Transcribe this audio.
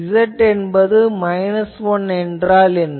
இது Z என்பது minus 1 என்றால் என்ன